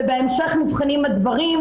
ובהמשך נבחנים הדברים,